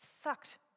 sucked